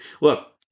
Look